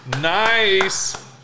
Nice